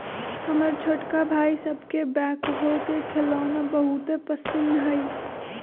हमर छोटका भाई सभके बैकहो के खेलौना बहुते पसिन्न हइ